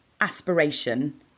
aspiration